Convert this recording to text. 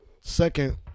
Second